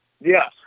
Yes